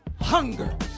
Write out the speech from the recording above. Hunger